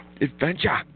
adventure